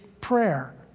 prayer